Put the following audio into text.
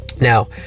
Now